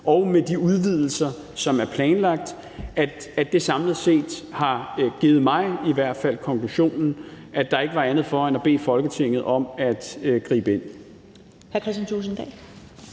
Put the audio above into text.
og de udvidelser, som er planlagt, og samlet har det i hvert fald givet mig konklusionen, at der ikke var andet for end at bede Folketinget om at gribe ind.